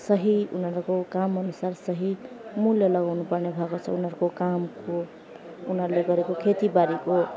सही उनीहरूको कामअनुसार सही मूल्य लगाउनुपर्ने भएको छ उनीहरूको कामको उनीहरूले गरेको खेतीबारीको